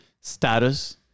status